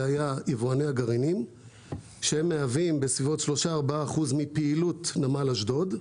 זה יבואני הגרעינים שהם כ-4%-3% מפעילות נמל אשדוד,